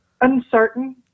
uncertain